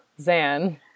Zan